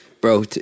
Bro